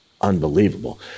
unbelievable